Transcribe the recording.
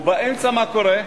ובאמצע מה קורה?